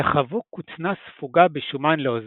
תחבו כותנה ספוגה בשומן לאוזניהם,